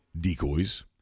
decoys